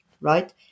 right